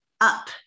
up